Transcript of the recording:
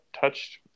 touched